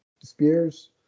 Spears